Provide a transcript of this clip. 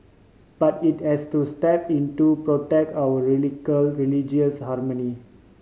but it has to step in to protect our religious harmony